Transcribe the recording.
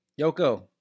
Yoko